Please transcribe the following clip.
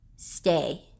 stay